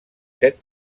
set